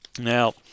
Now